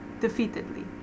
defeatedly